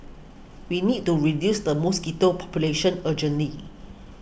we need to reduce the mosquito population urgently